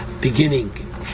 beginning